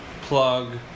plug